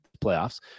playoffs